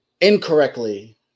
incorrectly